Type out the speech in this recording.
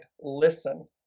listen